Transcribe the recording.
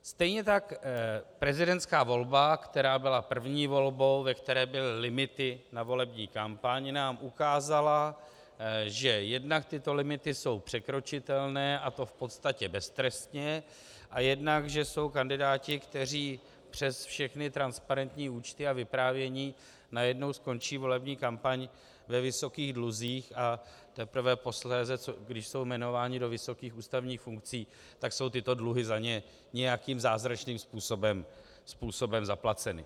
Stejně tak prezidentská volba, která byla první volbou, ve které byly limity na volební kampaň, nám ukázala, že jednak tyto limity jsou překročitelné, a to v podstatě beztrestně, a jednak že jsou kandidáti, kteří přes všechny transparentní účty a vyprávění najednou skončí volební kampaň ve vysokých dluzích a teprve posléze, když jsou jmenováni do vysokých ústavních funkcí, tak jsou tyto dluhy za ně nějakým zázračným způsobem zaplaceny.